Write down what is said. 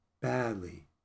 badly